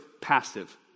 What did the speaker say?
passive